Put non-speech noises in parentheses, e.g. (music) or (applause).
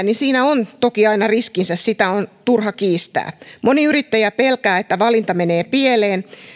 (unintelligible) niin siinä on toki aina riskinsä sitä on turha kiistää moni yrittäjä pelkää että valinta menee pieleen